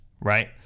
right